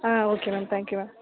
ah okay ma'am thank you ma'am